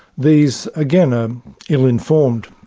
these again are ill-informed,